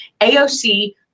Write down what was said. AOC